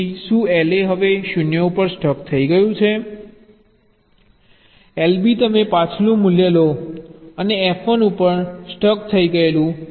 તેથી શું LA હવે 0 ઉપર સ્ટક થઈ ગયું છે LB તમે પાછલું મૂલ્ય લો અને F 1 ઉપર સ્ટક થયેઈ ગયું છે